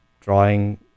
drawing